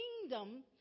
kingdom